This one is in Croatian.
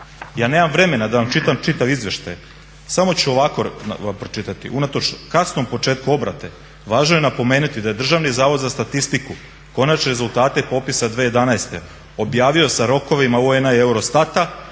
Ja nemam vremena da vam čitam čitav izveštaj. Samo ću ovako pročitati. "Unatoč kasnom početku obrata važno je napomenuti da je Državni zavod za statistiku konačne rezultate popisa 2011. objavio sa rokovima UN-a i EUROSTATA,